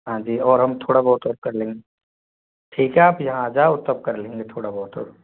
हाँ जी और हम थोड़ा बहुत और कर लेंगे ठीक है आप यहाँ आ जाओ तब कर लेंगे थोड़ा बहुत और